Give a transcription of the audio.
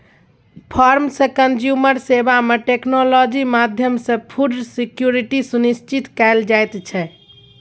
farm सँ consumer सेबा मे टेक्नोलॉजी माध्यमसँ फुड सिक्योरिटी सुनिश्चित कएल जाइत छै